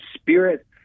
spirit